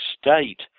state